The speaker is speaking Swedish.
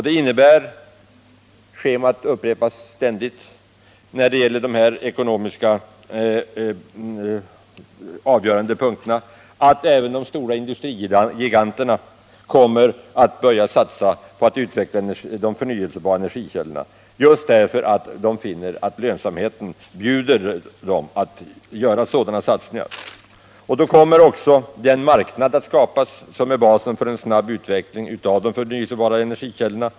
Det innebär — schemat upprepas ständigt när det gäller de här ekonomiskt avgörande punkterna — att även de stora industrigiganterna kommer att börja satsa på att utveckla de förnyelsebara energikällorna, just därför att de finner att lönsamheten bjuder dem att göra sådana satsningar. Då kommer också den marknad att skapas som är basen för en snabb utveckling av de förnyelsebara energikällorna.